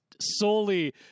solely